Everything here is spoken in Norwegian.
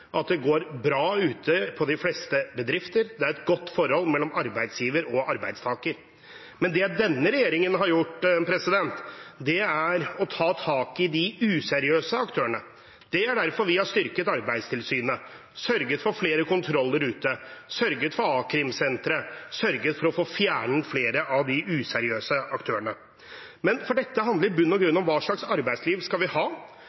at det går bra ute i de fleste bedrifter. Det er et godt forhold mellom arbeidsgiver og arbeidstaker. Det denne regjeringen har gjort, er å ta tak i de useriøse aktørene. Det er derfor vi har styrket Arbeidstilsynet, sørget for flere kontroller ute, sørget for a-krimsentre, sørget for å få fjernet flere av de useriøse aktørene. Det handler i bunn og grunn om hva slags arbeidsliv vi skal ha.